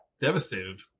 devastated